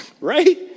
Right